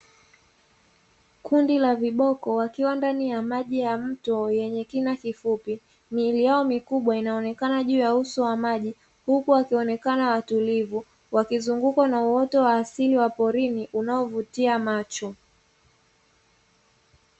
Kundi la viboko, wakiwa ndani ya maji ya mto yenye kina kifupi. Miili yao mikubwa inaonekana juu ya uso wa maji, huku wakionekana watulivu, wakizungukwa na uoto wa asili wa porini unaovutia macho.